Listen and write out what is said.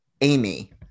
Amy